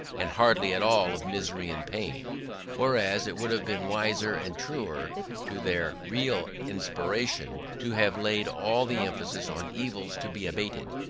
and hardly at all of misery and pain whereas it would have been wiser, and truer to their real inspiration, to have laid all the emphasis on evils to be abated,